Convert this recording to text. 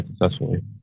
successfully